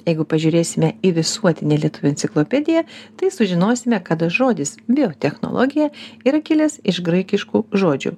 jeigu pažiūrėsime į visuotinę lietuvių enciklopediją tai sužinosime kad žodis biotechnologija yra kilęs iš graikiškų žodžių